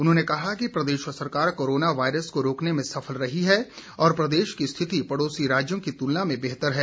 उन्होंने कहा कि प्रदेश सरकार कोरोना वायरस को रोकने में सफल रही है और प्रदेश की स्थिति पड़ोसी राज्यों की तुलना में बेहतर है